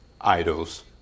Idols